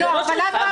ריבונו של עולם.